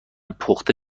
پخته